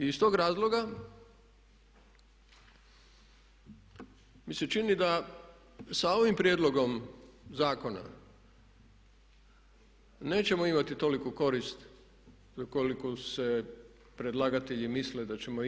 I iz tog razloga mi se čini da sa ovim prijedlogom zakona nećemo imati toliku korist koliku se predlagatelji misle da ćemo imati.